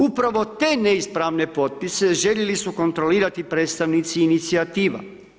Upravo te neispravne potpise željeli su kontrolirati predstavnici inicijativa.